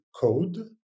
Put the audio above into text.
code